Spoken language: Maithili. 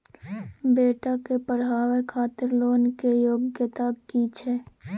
बेटा के पढाबै खातिर लोन के योग्यता कि छै